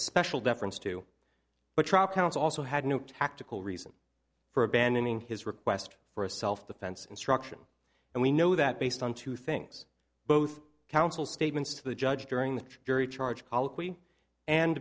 special deference to but trial counsel also had no tactical reason for abandoning his request for a self defense instruction and we know that based on two things both counsel statements to the judge during the jury charge